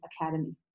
Academy